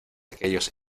aquellos